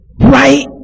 Right